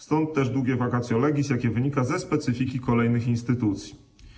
Stąd też długie vacatio legis, jakie wynika ze specyfiki kolejnych instytucji.